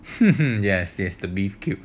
yes the beef cube